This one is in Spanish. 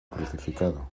crucificado